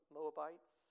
Moabites